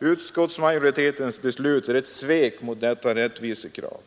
Utskottsmajoritetens förslag är ett svek mot detta rättvisekrav.